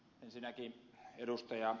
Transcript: ensinnäkin ed